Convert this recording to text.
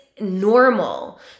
Normal